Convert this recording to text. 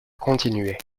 continuait